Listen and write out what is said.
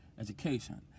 education